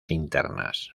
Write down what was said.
internas